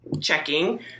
checking